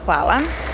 Hvala.